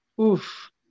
Oof